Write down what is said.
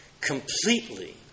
completely